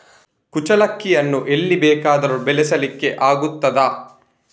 ಕುಚ್ಚಲಕ್ಕಿಯನ್ನು ಎಲ್ಲಿ ಬೇಕಾದರೂ ಬೆಳೆಸ್ಲಿಕ್ಕೆ ಆಗ್ತದ?